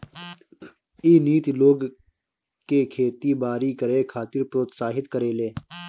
इ नीति लोग के खेती बारी करे खातिर प्रोत्साहित करेले